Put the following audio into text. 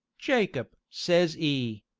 jacob! says e,